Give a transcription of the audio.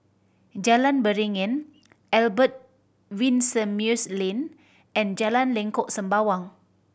Jalan Beringin Albert Winsemius Lane and Jalan Lengkok Sembawang